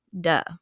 Duh